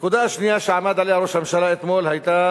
הנקודה השנייה שראש הממשלה עמד עליה אתמול היתה